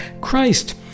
Christ